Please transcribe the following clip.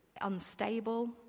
unstable